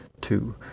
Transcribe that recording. two